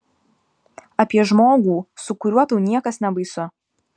apie žmogų su kuriuo tau niekas nebaisu